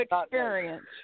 experience